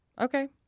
okay